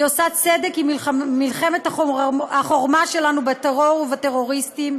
היא עושה צדק עם מלחמת החורמה שלנו בטרור ובטרוריסטים,